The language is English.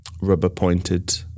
rubber-pointed